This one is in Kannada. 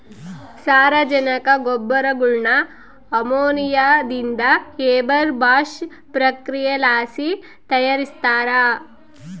ಸಾರಜನಕ ಗೊಬ್ಬರಗುಳ್ನ ಅಮೋನಿಯಾದಿಂದ ಹೇಬರ್ ಬಾಷ್ ಪ್ರಕ್ರಿಯೆಲಾಸಿ ತಯಾರಿಸ್ತಾರ